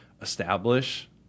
establish